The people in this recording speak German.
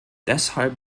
deshalb